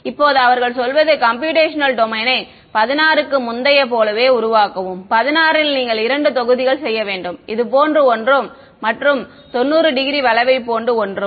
இப்போது அவர்கள் சொல்வது கம்ப்யூடேஷனல் டொமைனை 16 க்கு முந்தையதைப் போலவே உருவாக்கவும் 16 ல் நீங்கள் இரண்டு தொகுதிகள் செய்ய வேண்டும் இது போன்ற ஒன்றும் மற்றும் 90 டிகிரி வளைவை போன்று ஒன்றும்